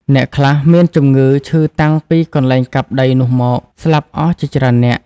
អ្នកខ្លះមានជំងឺឈឺតាំងពីកន្លែងកាប់ដីនោះមក ស្លាប់អស់ជាច្រើននាក់ ។